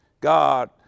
God